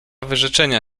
wyrzeczenia